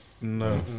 No